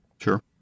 Sure